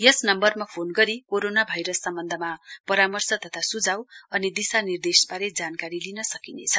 यस नम्वरमा फोन गरी corona virus सम्वन्धमा परामर्श तथा सुझाउ अनि दिशानिर्देशबारे जानकारी लिन सकिनेछ